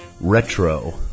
retro